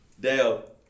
Dale